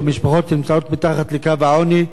במשפחות שנמצאות מתחת לקו העוני,